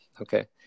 Okay